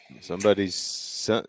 Somebody's